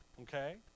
Okay